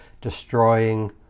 destroying